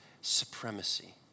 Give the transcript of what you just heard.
supremacy